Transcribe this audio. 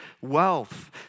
wealth